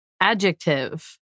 Adjective